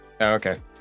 Okay